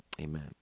Amen